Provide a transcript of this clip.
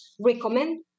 recommend